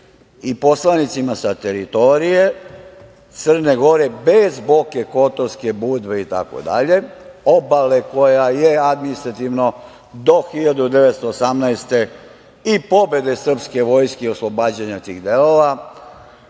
i poslanicima sa teritorije Crne Gore bez Boke Kotorske, Budve itd. obale koje je administrativno do 1918. godine i pobede srpske vojske i oslobađanja tih delova,